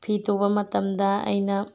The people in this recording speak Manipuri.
ꯐꯤ ꯇꯨꯕ ꯃꯇꯝꯗ ꯑꯩꯅ